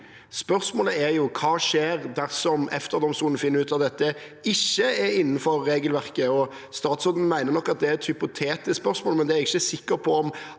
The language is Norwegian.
spørsmålet er: Hva skjer dersom EFTA-domstolen finner at dette ikke er innenfor regelverket? Statsråden mener nok at det er et hypotetisk spørsmål, men jeg er ikke sikker på om